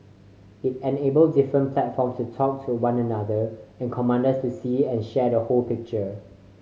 it enabled different platform to talk to one another and commanders to see and share the whole picture